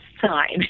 time